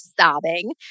sobbing